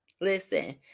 Listen